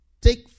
take